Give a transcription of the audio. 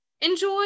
enjoy